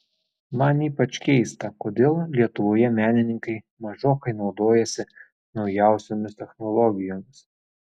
man ypač keista kodėl lietuvoje menininkai mažokai naudojasi naujausiomis technologijomis